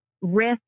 risk